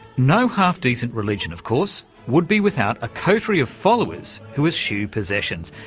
no half-decent religion of course, would be without a coterie of followers who eschew possessions,